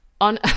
on